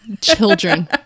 children